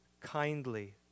kindly